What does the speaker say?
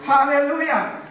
Hallelujah